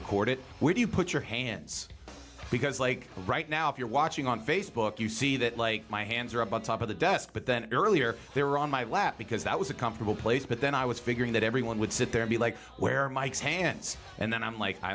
record it when you put your hands because like right now if you're watching on facebook you see that like my hands are about top of the desk but then earlier there on my lap because that was a comfortable place but then i was figuring that everyone would sit there be like where mike's hands and then i'm like i